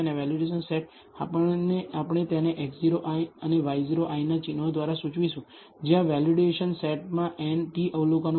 અને validation set આપણે તેને x0 i અને y0 i ના ચિહ્નો દ્વારા સૂચવીશું જ્યાં વેલિડેશન સેટમાં n t અવલોકનો છે